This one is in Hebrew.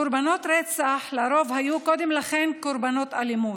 קורבנות רצח לרוב היו קודם לכן קורבנות אלימות.